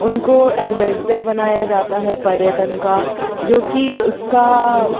उनको एम्बेज़्डर बनाया जाता है पर्यटन का जो कि उसका